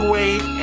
Wait